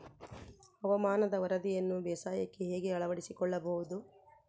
ಹವಾಮಾನದ ವರದಿಯನ್ನು ಬೇಸಾಯಕ್ಕೆ ಹೇಗೆ ಅಳವಡಿಸಿಕೊಳ್ಳಬಹುದು?